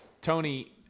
tony